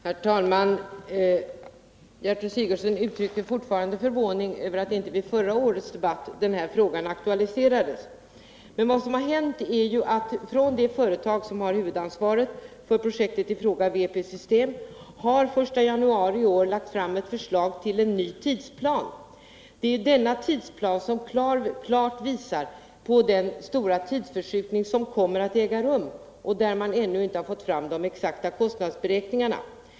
Herr talman! Gertrud Sigurdsen uttrycker fortfarande förvåning över att denna fråga inte aktualiserades i förra årets debatt. Men vad som har hänt är ju att det företag som har huvudansvaret för projektet, WP-System AB, den 1 januari lade fram ett förslag tillen ny tidsplan. Det är denna tidsplan som klart visar på den stora tidsförskjutning som kommer att äga rum och för vilken man ännu inte har fått fram de exakta kostnadsberäkningarna.